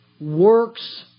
works